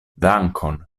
dankon